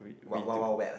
what Wild-Wild-Wet ah